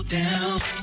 down